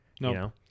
No